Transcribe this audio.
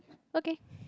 okay